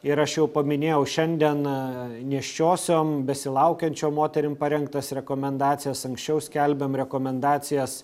ir aš jau paminėjau šiandien nėščiosiom besilaukiančiom moterim parengtos rekomendacijos anksčiau skelbėm rekomendacijas